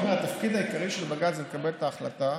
אני אומר: התפקיד העיקרי של בג"ץ זה לקבל את ההחלטה,